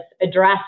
address